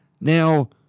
Now